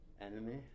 Enemy